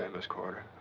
miss corder.